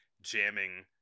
jamming